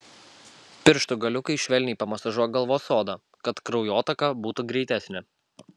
pirštų galiukais švelniai pamasažuok galvos odą kad kraujotaka būtų greitesnė